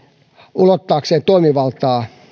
ulottaakseen toimivaltaa